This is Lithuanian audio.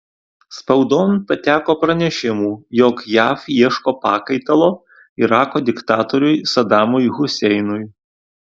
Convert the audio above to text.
spaudon pateko pranešimų jog jav ieško pakaitalo irako diktatoriui sadamui huseinui